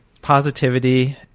positivity